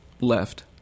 left